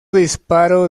disparo